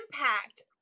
impact